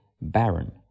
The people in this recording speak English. baron